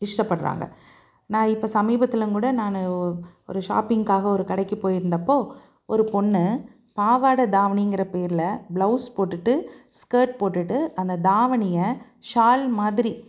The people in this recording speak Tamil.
இஷ்டப்படுறாங்க நான் இப்போ சமீபத்துலங்கூட நானு ஒரு ஷாப்பிங்காக ஒரு கடைக்கு போயிருந்தப்போ ஒரு பொண்ணு பாவாடை தாவணிங்கிற பேரில் பிளவுஸ் போட்டுட்டு ஸ்கேர்ட் போட்டுட்டு அந்த தாவணியை ஷால் மாதிரி